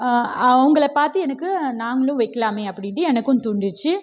அவங்கள பார்த்து எனக்கு நாங்களும் வைக்கலாமே அப்படின்னு எனக்கும் தூண்டிச்சு